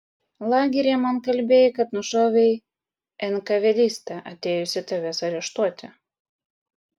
lageryje man kalbėjai kad nušovei enkavedistą atėjusį tavęs areštuoti